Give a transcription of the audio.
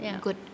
good